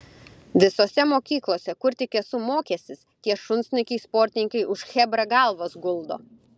visose mokyklose kur tik esu mokęsis tie šunsnukiai sportininkai už chebrą galvas guldo